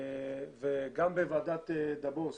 גם בוועדת דבוס